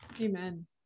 Amen